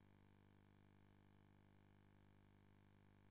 עשו ולא